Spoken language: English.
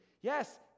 yes